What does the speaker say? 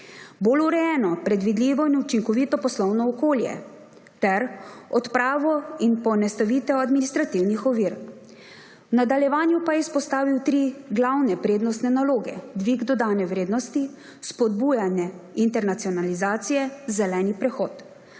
bolj urejeno, predvidljivo in učinkovito poslovno okolje ter odprava in poenostavitev administrativnih ovir. V nadaljevanju pa je izpostavil tri glavne prednostne naloge: dvig dodane vrednosti, spodbujanje internacionalizacije, zeleni prehod.